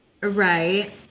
Right